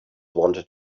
wanted